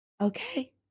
Okay